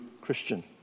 Christian